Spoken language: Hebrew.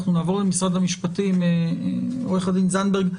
אנחנו נעבור למשרד המשפטים, עורך הדין זנדברג.